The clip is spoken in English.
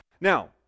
Now